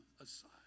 aside